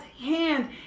hand